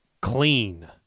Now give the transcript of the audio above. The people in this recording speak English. clean